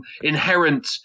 inherent